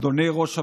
אדוני ראש הממשלה,